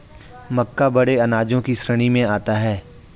मक्का बड़े अनाजों की श्रेणी में आता है